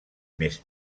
més